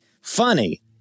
funny